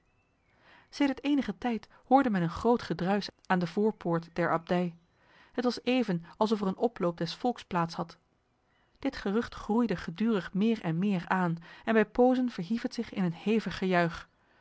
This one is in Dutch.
sedert enige tijd hoorde men een groot gedruis aan de voorpoort der abdij het was even alsof er een oploop des volks plaats had dit gerucht groeide gedurig meer en meer aan en bij pozen verhief het zich in een hevig